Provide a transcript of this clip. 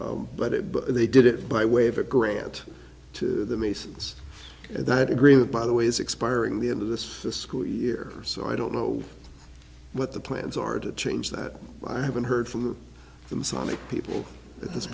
taxes but it but they did it by way of a grant to the masons that agreement by the way is expiring the end of this school year so i don't know what the plans are to change that i haven't heard from them so many people at this